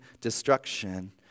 destruction